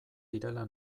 direla